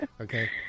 Okay